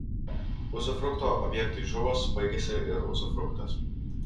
uzufrukto objektui žuvus baigiasi ir uzufruktas